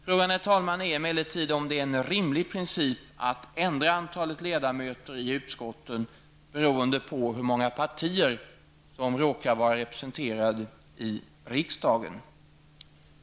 Frågan är emellertid, herr talman, om det är en rimlig princip att ändra antalet ledamöter i utskotten beroende på hur många partier som råkar vara representerade i riksdagen.